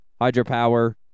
hydropower